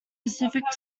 pacific